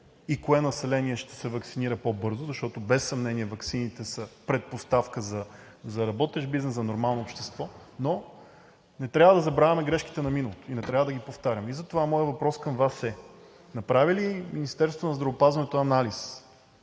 и кое население ще се ваксинира по-бързо, защото без съмнение ваксините са предпоставка за работещ бизнес, за нормално общество, но не трябва да забравяме грешките на миналото и не трябва да ги повтаряме. Затова моят въпрос към Вас е: направи ли Министерството на здравеопазването анализ